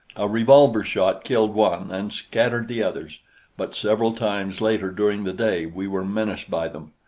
a revolver-shot killed one and scattered the others but several times later during the day we were menaced by them,